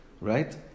Right